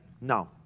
No